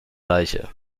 leiche